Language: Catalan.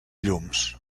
llums